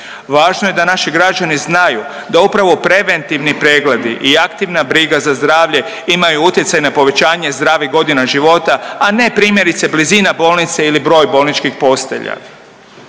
Važno je da naši građani znaju da upravo preventivi pregledi i aktivna briga za zdravlje imaju utjecaj na povećanje zdravih godina života, a ne primjerice blizina bolnice ili broj bolničkih postelja.